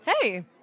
Hey